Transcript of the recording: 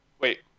wait